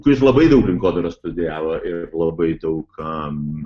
kuris labai daug rinkodaros studijavo ir labai daug